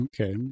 Okay